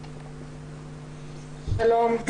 שלום.